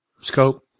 scope